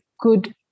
good